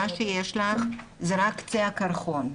מה שיש לך זה רק קצה הקרחון,